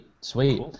Sweet